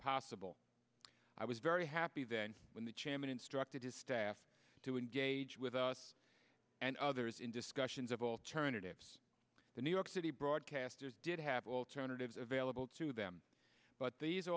possible i was very happy then when the chairman instructed his staff to engage with us and others in discussions of alternatives the new york city broadcasters did have alternatives available to them but these a